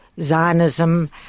Zionism